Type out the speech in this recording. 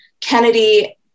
kennedy